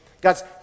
God's